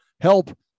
Help